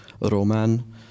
Roman